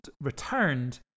returned